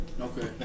Okay